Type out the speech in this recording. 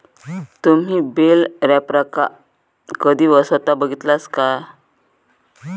तुम्ही बेल रॅपरका कधी स्वता बघितलास काय?